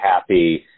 happy